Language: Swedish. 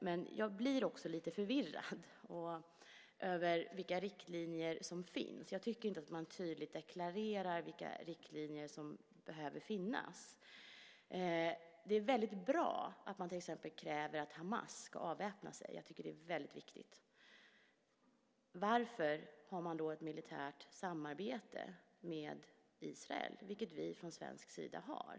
Men jag blir också lite förvirrad över vilka riktlinjer som finns. Jag tycker inte att man tydligt deklarerar vilka riktlinjer som behöver finnas. Det är väldigt bra att man till exempel kräver att Hamas ska avväpna sig. Jag tycker att det är väldigt viktigt. Varför har man då ett militärt samarbete med Israel, vilket vi från svensk sida har?